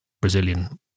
Brazilian